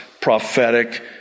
prophetic